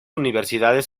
universidades